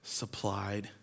supplied